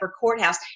Courthouse